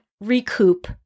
recoup